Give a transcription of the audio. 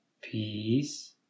peace